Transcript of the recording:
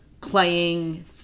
playing